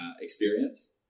experience